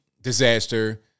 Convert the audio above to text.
disaster